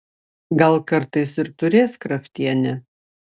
gal kartais ir turės kraftienė